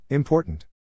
Important